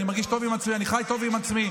אני מרגיש טוב עם עצמי, אני חי טוב עם עצמי.